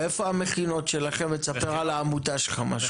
איפה המכינות שלכם, ותספר על העמותה שלך משהו.